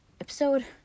episode